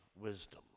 wisdom